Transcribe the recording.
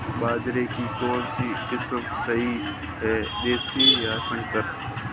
बाजरे की कौनसी किस्म सही हैं देशी या संकर?